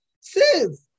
sis